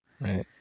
Right